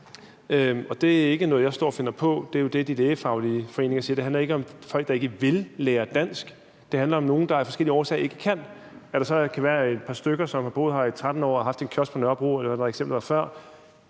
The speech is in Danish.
og det er ikke noget, jeg står og finder på. Det er jo det, de lægefaglige foreninger siger. Det handler ikke om folk, der ikke vil lære dansk. Det handler om nogen, der af forskellige årsager ikke kan. At der så kan være et par stykker, som har boet her i 13 år og haft en kiosk på Nørrebro, eller hvad eksemplet var før,